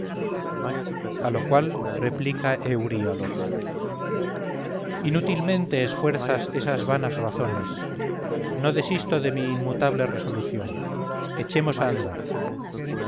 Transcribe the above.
a lo cual replica euríalo inútilmente esfuerzas esas vanas razones no desisto de mi inmutable resolución echemos a andar